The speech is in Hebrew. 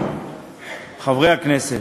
חברי הכנסת,